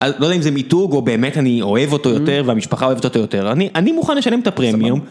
לא יודע אם זה מיתוג או באמת אני אוהב אותו יותר והמשפחה אוהבת אותו יותר, אני, אני מוכן לשלם את הפרמיום.